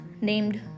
named